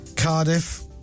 Cardiff